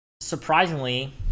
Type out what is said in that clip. surprisingly